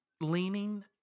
leaning